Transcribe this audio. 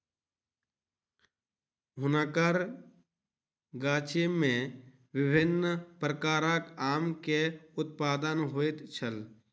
हुनकर गाछी में विभिन्न प्रकारक आम के उत्पादन होइत छल